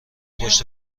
پشت